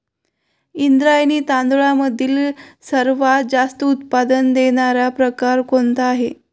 इंद्रायणी तांदळामधील सर्वात जास्त उत्पादन देणारा प्रकार कोणता आहे?